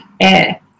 air